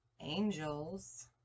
Angels